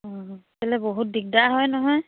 অঁ কেলৈ বহুত দিগদাৰ হয় নহয়